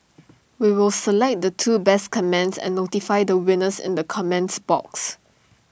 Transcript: we will select the two best comments and notify the winners in the comments box